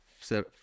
set